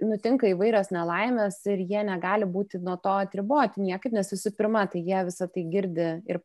nutinka įvairios nelaimės ir jie negali būti nuo to atriboti niekaip nes visų pirma tai jie visa tai girdi ir